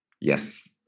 Yes